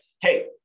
hey